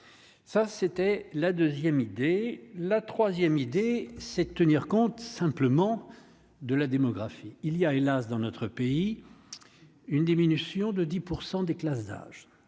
ça c'était la 2ème idée la 3ème idée c'est de tenir compte simplement de la démographie, il y a, hélas, dans notre pays une diminution de 10 % des classes d'âge,